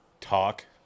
talk